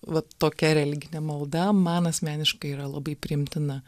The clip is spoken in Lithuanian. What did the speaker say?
vat tokia religinė malda man asmeniškai yra labai priimtina